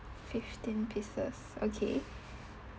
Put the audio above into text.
fifteen pieces okay